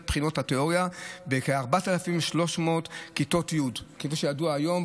בחינות התיאוריה בכ-4,300 כיתות י' כפי שידוע היום,